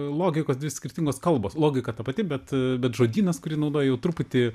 logikos dvi skirtingos kalbos logika ta pati bet bet žodynas kurį naudoji jau truputį